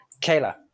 Kayla